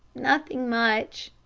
nothing much,